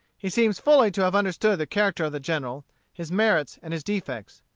he seems fully to have understood the character of the general, his merits and his defects.